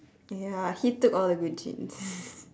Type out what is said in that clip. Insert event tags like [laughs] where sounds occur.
ya he took all the good genes [laughs]